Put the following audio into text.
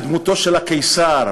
את דמותו של הקיסר,